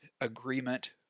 agreement